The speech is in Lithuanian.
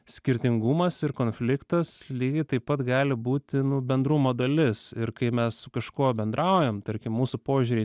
skirtingumas ir konfliktas lygiai taip pat gali būti nu bendrumo dalis ir kai mes su kažkuo bendraujam tarkim mūsų požiūriai